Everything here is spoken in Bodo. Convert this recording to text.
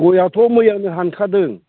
गयाथ' मैयानो हानखादों